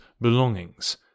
belongings